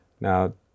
Now